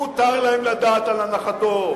מותר להם לדעת על הנחתו?